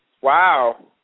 Wow